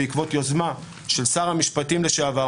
בעקבות יוזמה של שר המשפטים לשעבר,